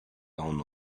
down